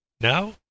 Now